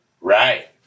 Right